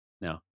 no